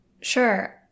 Sure